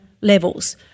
levels